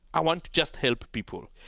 i want to just help people.